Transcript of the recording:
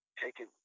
taking